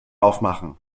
aufmachen